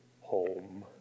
home